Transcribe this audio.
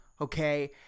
okay